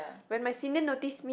when my senior notice me